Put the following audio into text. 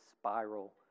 spiral